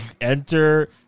enter